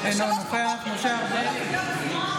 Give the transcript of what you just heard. אינו נוכח משה ארבל,